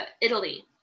Italy